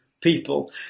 people